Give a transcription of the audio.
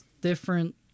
different